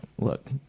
look